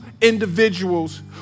individuals